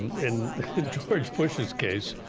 in george bush's case,